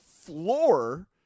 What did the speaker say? floor